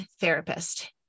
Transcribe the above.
therapist